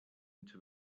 into